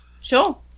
Sure